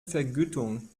vergütung